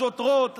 לשוטרות,